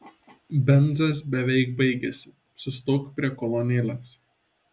benzas beveik baigėsi sustok prie kolonėlės